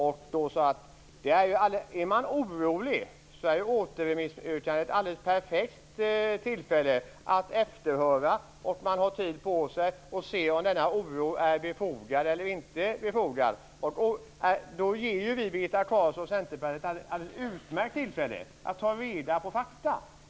Om man är orolig ger en återremiss ett perfekt tillfälle för att efterhöra hur det ligger till. Man har tid på sig för att se om denna oro är befogad eller inte. Då ger ju vi Birgitta Carlsson och Centerpartiet ett alldeles utmärkt tillfälle att ta reda på fakta.